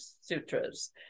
sutras